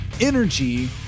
energy